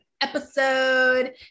episode